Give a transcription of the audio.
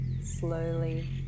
Slowly